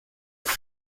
que